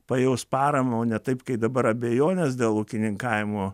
pajaus paramą o ne taip kai dabar abejones dėl ūkininkavimo